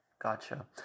gotcha